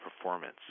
performance